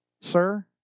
sir